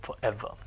forever